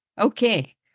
Okay